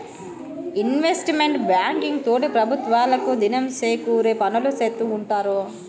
investment banking తోటి ప్రభుత్వాలకు దినం సేకూరే పనులు సేత్తూ ఉంటారు